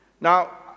Now